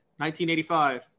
1985